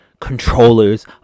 controllers